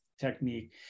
technique